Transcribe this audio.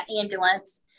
ambulance